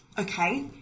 Okay